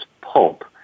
pulp